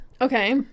Okay